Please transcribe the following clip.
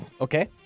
Okay